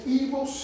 evil